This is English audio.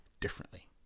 differently